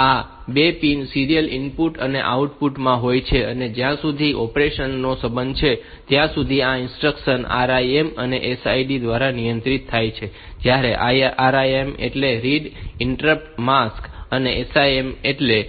આ 2 pin serial input અને output માટે હોય છે અને જ્યાં સુધી ઓપરેશન નો સંબંધ છે ત્યાં સુધી આ ઇન્સ્ટ્રક્શન્સ RIM અને SIM દ્વારા નિયંત્રિત થાય છે જ્યાં RIM એટલે રીડ ઇન્ટરપ્ટ માસ્ક અને SIM એટલે